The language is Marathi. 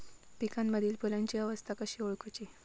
पिकांमदिल फुलांची अवस्था कशी ओळखुची?